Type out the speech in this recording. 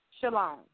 Shalom